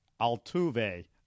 Altuve